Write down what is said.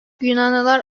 yunanlılar